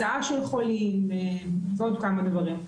הסעה של חולים ועוד כמה דברים.